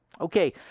Okay